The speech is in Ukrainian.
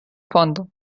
фонду